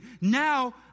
Now